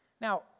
Now